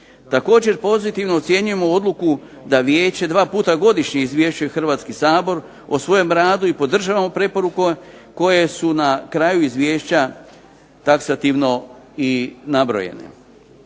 Također pozitivno ocjenjujemo odluku da vijeće 2 puta godišnje izvješćuje Hrvatski sabor o svojem radu i podržavamo preporuke koje su na kraju izvješća taksativno i nabrojene.